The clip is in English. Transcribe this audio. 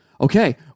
Okay